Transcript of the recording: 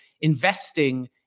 investing